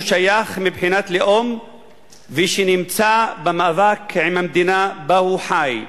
שייך מבחינת לאום ונמצא במאבק עם המדינה שבה הוא חי.